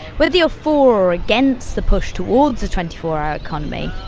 whether you're for or against the push towards a twenty four hour economy,